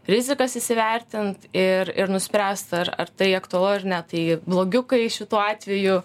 rizikas įsivertint ir ir nuspręst ar ar tai aktualu ar ne tai blogiukai šituo atveju